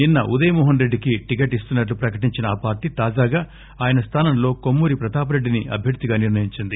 నిన్న ఉదయమోహస్రెడ్డి కి టికెట్ ఇస్తున్నట్లు ప్రకటించిన ఆ పార్టీ తాజాగా ఆయన స్థానంలో కొమ్మూరి ప్రతాప్రెడ్డిని అభ్యర్ధిగా నిర్ణయించింది